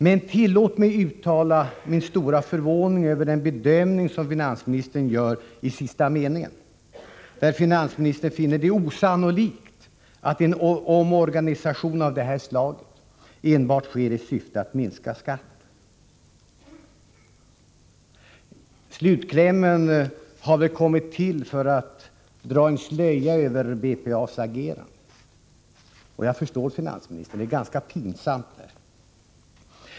Men tillåt mig uttala min stora förvåning över den bedömning som finansministern gör i sista meningen i svaret, där finansministern finner det osannolikt att en omorganisation av detta slag enbart skett i syfte att minska skatten. Slutklämmen har väl kommit till för att dra en slöja över BPA:s agerande. Jag förstår finansministern. Detta är ganska pinsamt.